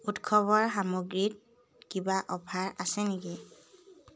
উৎসৱৰ সামগ্ৰীত কিবা অফাৰ আছে নেকি